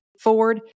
Ford